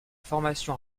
formation